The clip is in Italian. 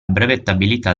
brevettabilità